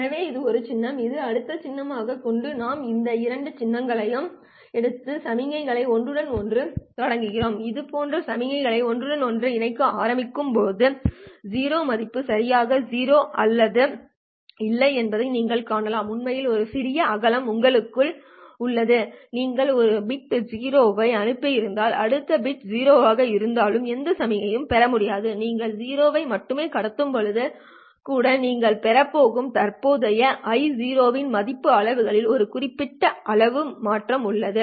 எனவே இது ஒரு சின்னம் இதை அடுத்த சின்னமாக கொண்டு நாம் இந்த இரண்டு சின்னங்களையும் எடுத்து சமிக்ஞைல்களை ஒன்றுடன் ஒன்று தொடங்குகிறோம் இது போன்ற சமிக்ஞைல்களை ஒன்றுடன் ஒன்று இணைக்க ஆரம்பிக்கும் போது 0 மதிப்பு சரியாக 0 இல்லை என்பதை நீங்கள் காணலாம் உண்மையில் ஒரு சிறிய அகலம் உங்களுக்குள் உள்ளது நீங்கள் ஒரு பிட் 0 ஐ அனுப்பியிருந்தாலும் அடுத்த பிட் 0 ஆக இருந்தாலும் எந்த சமிக்ஞையையும் பெற முடியும் நீங்கள் 0 ஐ மட்டுமே கடத்தும்போது கூட நீங்கள் பெறப் போகும் தற்போதைய I0 மதிப்பின் அளவுகளில் ஒரு குறிப்பிட்ட அளவு மாற்றம் உள்ளது